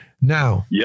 now